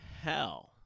hell